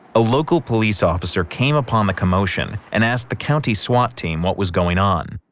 a local police officer came upon the commotion and asked the county swat team what was going on.